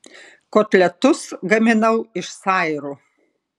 kotletus gaminau iš sairų